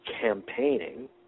campaigning